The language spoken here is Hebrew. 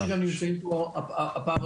אני חושב שגם נמצאים פה מהוועד האולימפי,